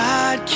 God